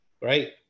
right